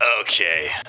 Okay